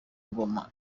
ngoma